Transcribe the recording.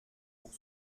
pour